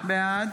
בעד